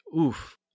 Oof